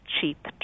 cheap